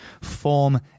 form